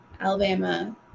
Alabama